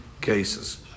cases